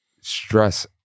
stress